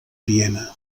viena